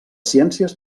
ciències